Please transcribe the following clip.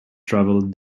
traveled